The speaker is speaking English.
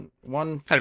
One